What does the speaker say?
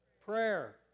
prayer